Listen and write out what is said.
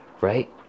right